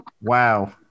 Wow